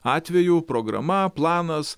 atveju programa planas